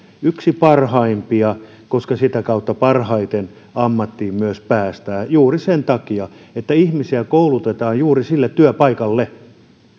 yksi parhaimpia koska sitä kautta parhaiten ammattiin myös päästään juuri sen takia että ihmisiä koulutetaan juuri sille työpaikalle